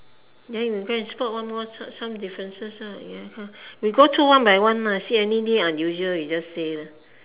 then you go and spot one more some differences lah ya we go through one by one lah see anything unusual you just say lah